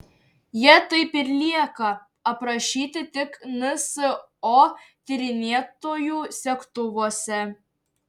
jie taip ir lieka aprašyti tik nso tyrinėtojų segtuvuose